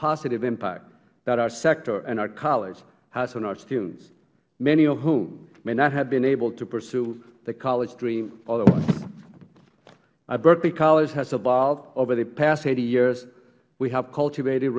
positive impacts that our sector and our college has on our students many of whom may not have been able to pursue the college dream otherwise as berkeley college has evolved over the past eighty years we have cultivated